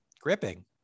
Gripping